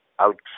out